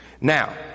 Now